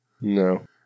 No